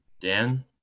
dan